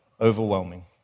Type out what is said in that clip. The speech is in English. overwhelming